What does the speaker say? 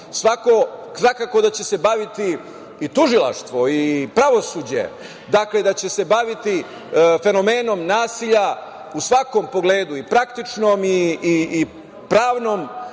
Svakako da će se baviti i tužilaštvo i pravosuđe, dakle, da će se baviti fenomenom nasilja u svakom pogledu i pravnom, ali